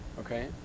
Okay